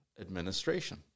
administration